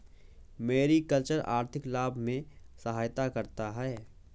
mariculture आर्थिक लाभ में सहायता करता है